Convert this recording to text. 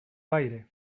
aire